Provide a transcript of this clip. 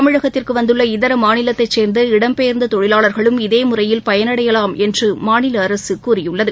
தமிழகத்திற்குவந்துள்ள இதரமாநிலத்தைசேர்ந்த இடம்பெயர்ந்ததொழிவாளர்களும் இதேமுறையில் பயனடையலாம் என்றுமாநிலஅரசுகூறியுள்ளது